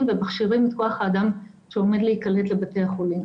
ומכשירים את כוח האדם שעומד להיקלט בבתי החולים.